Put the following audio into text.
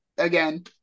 Again